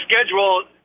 schedule –